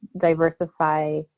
diversify